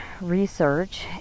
research